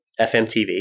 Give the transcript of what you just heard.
FMTV